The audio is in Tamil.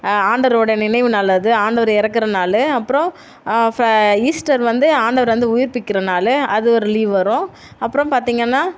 ஆண்டவரோடய நினைவு நாள் அது ஆண்டவர் இறக்குற நாள் அப்புறம் ஃப்ர ஈஸ்டர் வந்து ஆண்டவர் வந்து உயிர்பிக்கிற நாள் அது ஒரு லீவ் வரும் அப்புறம் பார்த்திங்கன்னா